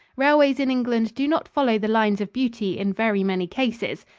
railways in england do not follow the lines of beauty in very many cases,